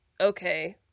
Okay